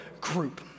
group